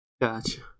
Gotcha